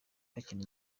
bakina